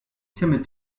timid